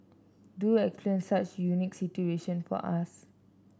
do explain such unique situation for us